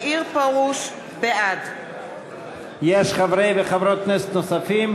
בעד יש חברי וחברות כנסת נוספים?